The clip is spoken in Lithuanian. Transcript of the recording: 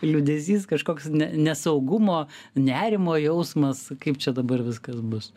liūdesys kažkoks ne nesaugumo nerimo jausmas kaip čia dabar viskas bus